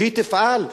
שהיא תפעל,